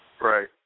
Right